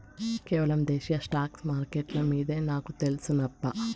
కేవలం దేశీయ స్టాక్స్ మార్కెట్లు మిందే నాకు తెల్సు నప్పా